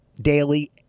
daily